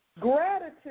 Gratitude